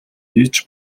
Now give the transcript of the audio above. хийж